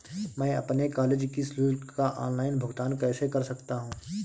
मैं अपने कॉलेज की शुल्क का ऑनलाइन भुगतान कैसे कर सकता हूँ?